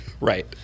Right